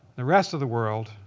the rest of the world,